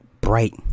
bright